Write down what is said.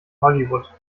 hollywood